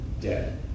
dead